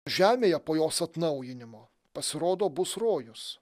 žemėje po jos atnaujinimo pasirodo bus rojus